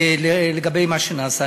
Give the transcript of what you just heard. לגבי מה שנעשה.